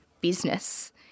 business